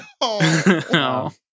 no